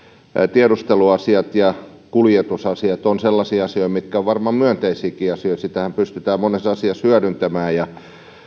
tiedusteluasiat ja kuljetusasiat ovat sellaisia asioita mitkä ovat varmaan myönteisiäkin asioita näitähän pystytään monessa asiassa hyödyntämään ja